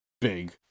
big